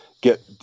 get